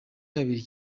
kabiri